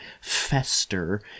fester